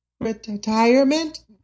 retirement